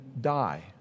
die